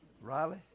Riley